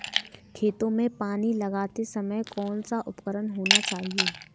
खेतों में पानी लगाते समय कौन सा उपकरण होना चाहिए?